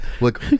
look